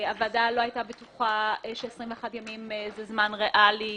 הוועדה לא היתה בטוחה ש-21 ימים זה זמן ריאלי